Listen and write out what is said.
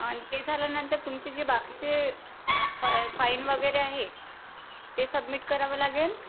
आणि ते झाल्यानंतर तुमचे जे बाकीचे फा फाईन वगैरे आहे ते सबमिट करावं लागेल